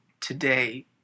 today